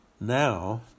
Now